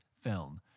film